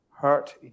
hurt